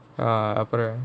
ah அப்புறம்:appuram